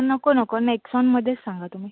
नको नको नेक्सॉनमध्येच सांगा तुम्ही